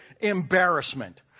embarrassment